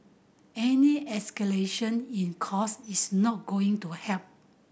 any escalation in cost is not going to help